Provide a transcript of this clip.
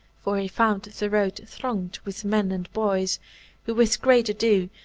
for he found the road thronged with men and boys who, with great ado,